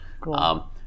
Cool